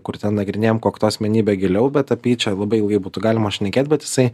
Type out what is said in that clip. kur ten nagrinėjam kokto asmenybę giliau bet apie jį čia labai ilgai būtų galima šnekėt bet jisai